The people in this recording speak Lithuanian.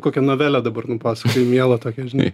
kokią novelę dabar nupasakojai mielą tokią žinai